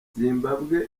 zimbabwe